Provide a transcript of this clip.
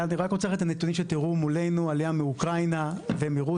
אני רוצה שתראו את נתוני העלייה מאוקראינה ורוסיה.